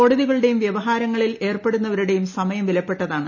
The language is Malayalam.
കോടതികളുടെയും വൃവഹാരങ്ങളിൽ ഏർപ്പെടുന്നവരുടെയും സമയം വിലപ്പെട്ടതാണ്